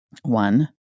One